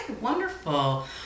Wonderful